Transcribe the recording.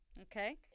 okay